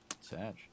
Sad